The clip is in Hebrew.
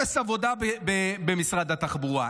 אפס עבודה במשרד התחבורה.